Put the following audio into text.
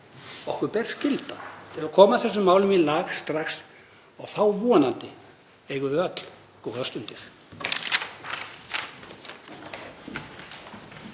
Okkur ber skylda til að koma þessum málum í lag strax og þá vonandi eigum við öll góðar stundir.